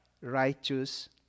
Righteous